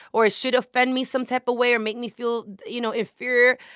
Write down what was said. or it should offend me some type of way or make me feel, you know, inferior.